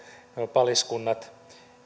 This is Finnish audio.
paliskunnat